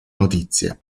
notizie